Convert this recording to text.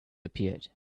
appeared